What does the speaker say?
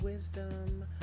Wisdom